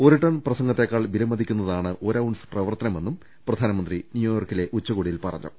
ഒരു ടൺ പ്രസംഗത്തേക്കാൾ വിലമതിക്കുന്നതാണ് ഒരു ഒരു ഔൺസ് പ്രവർത്തനമെന്നും പ്രധാനമന്ത്രി ന്യൂയോർക്കിലെ ഉച്ചകോടിയിൽ പറഞ്ഞു